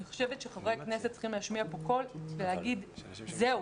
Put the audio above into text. אני חושבת שחברי הכנסת צריכים להשמיע פה קול ולהגיד: זהו,